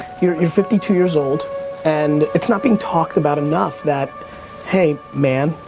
you're fifty two years old and it's not being talked about enough that hey man,